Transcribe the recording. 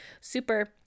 super